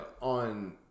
on